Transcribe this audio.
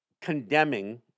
condemning